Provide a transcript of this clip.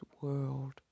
world